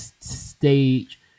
stage